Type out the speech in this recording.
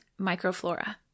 microflora